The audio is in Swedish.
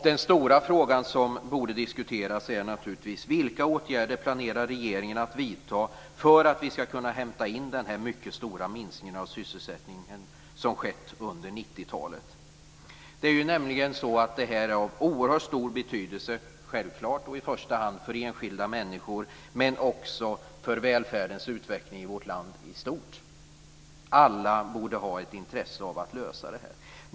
Den stora frågan, som borde diskuteras, är naturligtvis vilka åtgärder regeringen planerar att vidta för att vi ska kunna hämta in den här mycket stora minskningen av sysselsättningen, som har skett under 90-talet. Det här är nämligen av oerhört stor betydelse, i första hand för enskilda människor men också för välfärdens utveckling i vårt land i stort. Alla borde ha ett intresse av att lösa det här.